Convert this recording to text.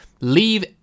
leave